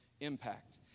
impact